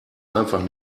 einfach